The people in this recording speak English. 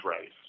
race